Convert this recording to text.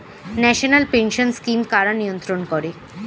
National pension scheme কারা নিয়ন্ত্রণ করে?